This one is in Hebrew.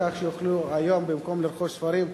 בכך שיוכלו היום במקום לרכוש ספרים,